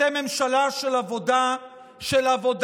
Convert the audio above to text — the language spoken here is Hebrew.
אתם ממשלה של עבודה בעיניים.